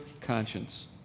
conscience